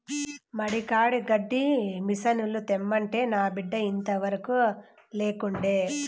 మడి కాడి గడ్డి మిసనుల తెమ్మంటే నా బిడ్డ ఇంతవరకూ లేకుండే